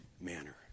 manner